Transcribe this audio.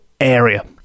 area